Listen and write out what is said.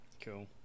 cool